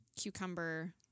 cucumber